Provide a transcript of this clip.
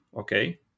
okay